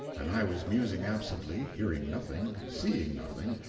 and i was musing absently, hearing nothing, seeing nothing,